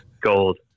Gold